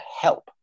help